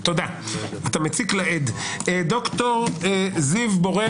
זה משהו שכדאי שהנהלת בתי המשפט יהיו